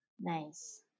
Nice